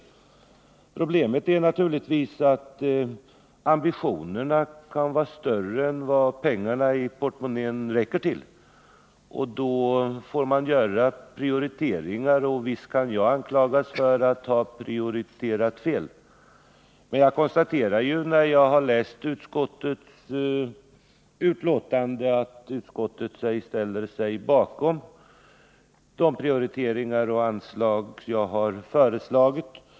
149 Problemet är naturligtvis att ambitionerna kan vara större än vad pengarna i portmonnän räcker till, och då får man göra prioriteringar. Visst kan jag anklagas för att ha prioriterat fel, men jag konstaterar efter att ha läst utskottets betänkande att utskottet ställer sig bakom de prioriteringar och anslag som jag har föreslagit.